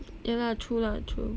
yeah lah true lah true